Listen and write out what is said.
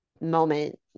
moment